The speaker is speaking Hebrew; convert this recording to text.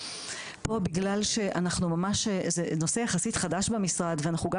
פה בגלל שזה נושא יחסית חדש במשרד ואנחנו גם